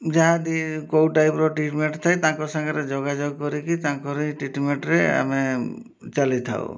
ଯାହା ଦି କେଉଁ ଟାଇପ୍ର ଟ୍ରିଟ୍ମେଣ୍ଟ୍ ଥାଏ ତାଙ୍କ ସାଙ୍ଗରେ ଯୋଗାଯୋଗ କରିକି ତାଙ୍କର ଟ୍ରିଟ୍ମେଣ୍ଟ୍ରେ ଆମେ ଚାଲିଥାଉ